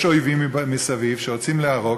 יש אויבים מסביב שרוצים להרוג,